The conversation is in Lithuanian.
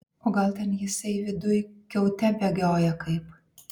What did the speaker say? o gal ten jisai viduj kiaute bėgioja kaip